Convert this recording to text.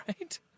right